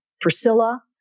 Priscilla